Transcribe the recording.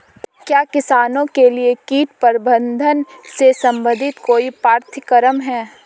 क्या किसानों के लिए कीट प्रबंधन से संबंधित कोई पाठ्यक्रम है?